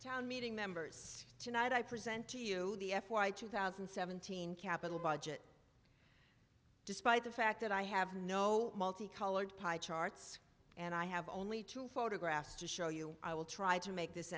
town meeting members tonight i present to you the f y two thousand and seventeen capital budget despite the fact that i have no multi colored pie charts and i have only two photographs to show you i will try to make this